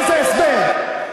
הדרך שבה אתה הולך,